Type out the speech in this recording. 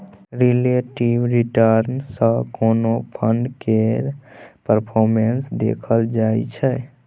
relative return सँ कोनो fund केर परफॉर्मेस देखल जाइ छै